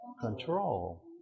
control